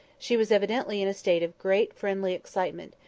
she was evidently in a state of great friendly excitement,